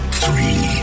three